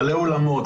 בעלי אולמות,